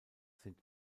sind